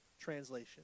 translation